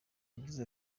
yagize